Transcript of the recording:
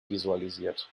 visualisiert